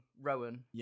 Rowan